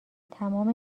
تمام